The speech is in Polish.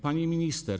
Pani Minister!